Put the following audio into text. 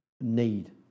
need